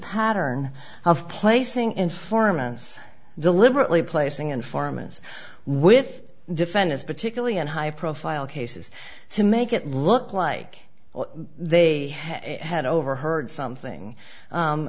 pattern of placing informants deliberately placing informants with defendants particularly in high profile cases to make it look like they had overheard something